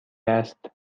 است